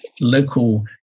local